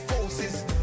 forces